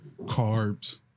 Carbs